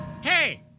Hey